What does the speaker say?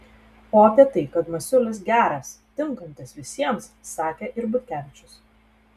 o apie tai kad masiulis geras tinkantis visiems sakė ir butkevičius